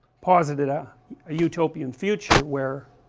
posited a utopian future where